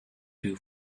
two